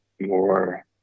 more